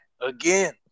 again